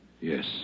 Yes